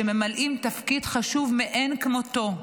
שממלאים תפקיד חשוב מאין כמותו.